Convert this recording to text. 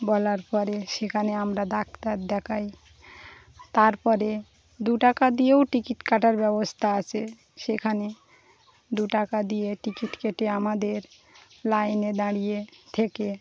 বলার পরে সেখানে আমরা ডাক্তার দেখাই তারপরে দু টাকা দিয়েও টিকিট কাটার ব্যবস্থা আছে সেখানে দু টাকা দিয়ে টিকিট কেটে আমাদের লাইনে দাঁড়িয়ে থেকে